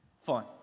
fun